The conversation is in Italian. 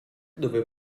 dove